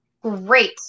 great